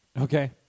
Okay